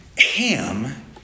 Ham